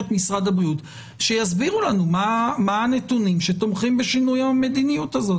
משרד הבריאות שיסבירו לנו מה הנתונים שתומכים בשינוי המדיניות הזה.